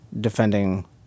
defending